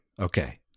Okay